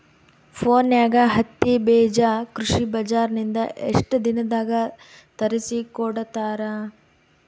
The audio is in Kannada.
ಫೋನ್ಯಾಗ ಹತ್ತಿ ಬೀಜಾ ಕೃಷಿ ಬಜಾರ ನಿಂದ ಎಷ್ಟ ದಿನದಾಗ ತರಸಿಕೋಡತಾರ?